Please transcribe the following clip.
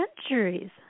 centuries